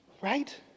Right